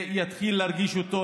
נתחיל להרגיש את זה,